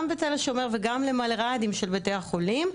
גם בתל השומר וגם למלר"דים של ביתי החולים,